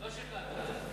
לא שכנעתם.